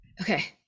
Okay